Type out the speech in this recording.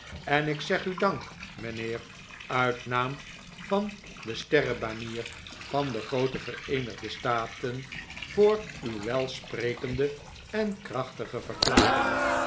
en ik zeg u dank mijnheer uit naam van de sterrenbanier van de groote vereenigde staten voor uw welsprekende en krachtige verklaring